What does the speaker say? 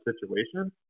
situation